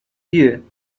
you